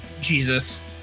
Jesus